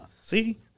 See